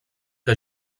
que